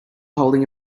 holding